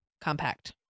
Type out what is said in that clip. compact